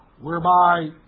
whereby